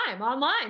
online